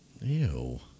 Ew